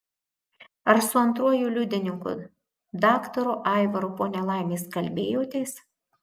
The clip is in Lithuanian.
ar su antruoju liudininku daktaru aivaru po nelaimės kalbėjotės